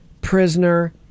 Prisoner